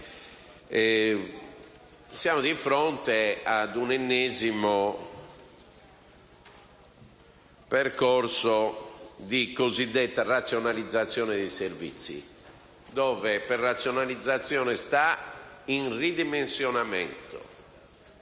Siamo di fronte ad un ennesimo percorso di cosiddetta razionalizzazione dei servizi, dove «razionalizzazione» sta per ridimensionamento,